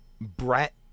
Brett